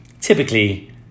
typically